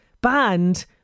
banned